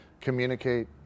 communicate